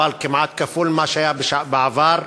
אבל כמעט כפול ממה שהיה בעבר.